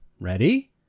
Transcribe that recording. Ready